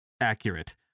accurate